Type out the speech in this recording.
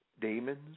demons